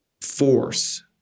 force